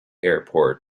airport